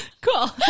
Cool